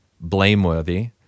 blameworthy